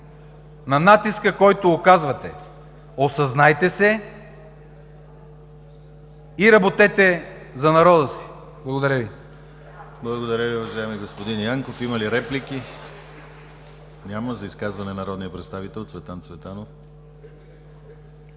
на натиска, който оказвате. Осъзнайте се и работете за народа си. Благодаря Ви. ПРЕДСЕДАТЕЛ ДИМИТЪР ГЛАВЧЕВ: Благодаря Ви, уважаеми господин Янков. Има ли реплики? Няма. За изказване – народният представител Цветан Цветанов.